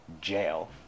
jail